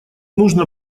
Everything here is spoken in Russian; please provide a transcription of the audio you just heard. нужно